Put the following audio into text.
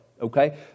Okay